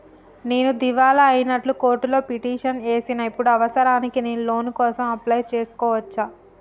నేను దివాలా అయినట్లు కోర్టులో పిటిషన్ ఏశిన ఇప్పుడు అవసరానికి నేను లోన్ కోసం అప్లయ్ చేస్కోవచ్చా?